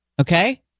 Okay